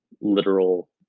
literal